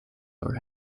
are